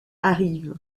arrivent